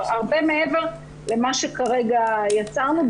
הרבה מעבר למה שכרגע יצרנו,